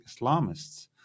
Islamists